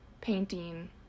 painting